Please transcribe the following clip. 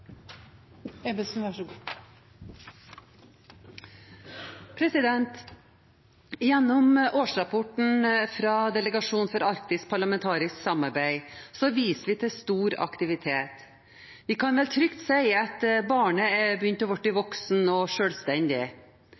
årsrapporten for Stortingets delegasjon for arktisk parlamentarisk samarbeid viser vi til stor aktivitet. Vi kan vel trygt si at «barnet» er begynt å bli voksent og